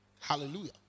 Hallelujah